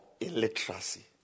illiteracy